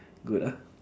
good ah